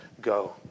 go